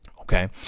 Okay